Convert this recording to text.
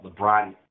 LeBron